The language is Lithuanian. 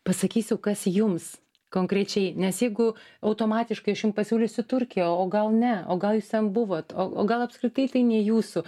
pasakysiu kas jums konkrečiai nes jeigu automatiškai aš jum pasiūlysiu turkiją o gal ne o gal jūs ten buvot o o gal apskritai tai ne jūsų